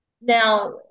Now